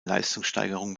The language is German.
leistungssteigerung